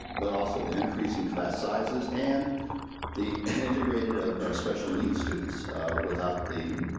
but also the increasing class sizes and the integrated of special needs students without the